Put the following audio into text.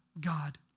God